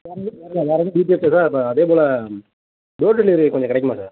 வேறு எதுவும் டீடைல்ஸ் எதுவும் அதே போல் டோர் டெலிவரி கொஞ்சம் கிடைக்குமா சார்